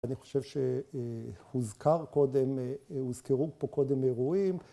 ‫אני חושב שהוזכר קודם, הוזכרו פה קודם אירועים.